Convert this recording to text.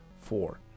four